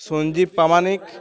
Sanjeev Pramanik